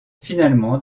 finalement